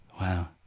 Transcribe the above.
Wow